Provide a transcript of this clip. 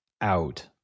out